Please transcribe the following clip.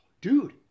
Dude